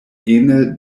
ene